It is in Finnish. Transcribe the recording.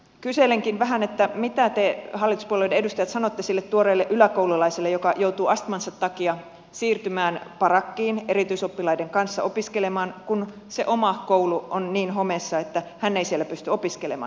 kyselenkin vähän että mitä te hallituspuolueiden edustajat sanotte sille tuoreelle yläkoululaiselle joka joutuu astmansa takia siirtymään parakkiin erityisoppilaiden kanssa opiskelemaan kun se oma koulu on niin homeessa että hän ei siellä pysty opiskelemaan